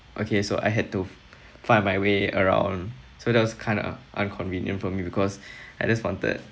okay so I had to find my way around so that was kind of inconvenient for me because I just wanted